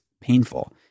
painful